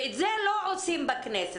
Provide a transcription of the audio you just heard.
ואת זה לא עושים בכנסת.